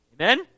Amen